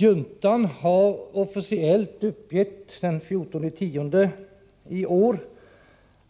Den 14 oktober i år uppgav juntan officiellt